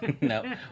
No